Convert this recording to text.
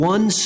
One